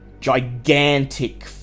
gigantic